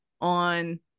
on